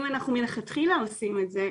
אם אנחנו מלכתחילה עושים את זה,